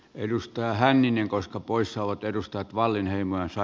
edustaja hänninen koska poissaolot ollaan luovuttu